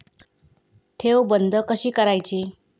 ठेव बंद कशी करायची?